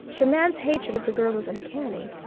the man's hatred of the girl was uncanny.